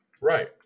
Right